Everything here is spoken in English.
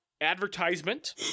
advertisement